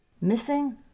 Missing